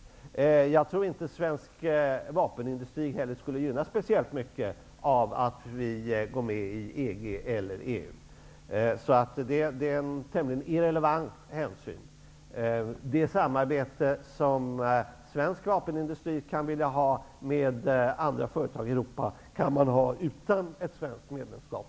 Jag tror inte heller att svensk vapenindustri skulle gynnas speciellt mycket om vi gick med i EG eller EU. Det är en tämligen irrelevant hänsyn. Det samarbete som svensk vapenindustri kan vilja ha med andra företag i Europa kan man lika gärna ha utan ett svenskt medlemskap.